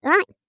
Right